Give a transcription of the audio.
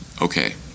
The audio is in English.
okay